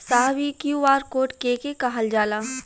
साहब इ QR code के के कहल जाला?